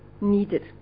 needed